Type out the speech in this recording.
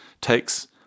takes